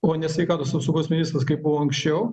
o ne sveikatos apsaugos ministras kaip buvo anksčiau